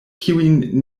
kiujn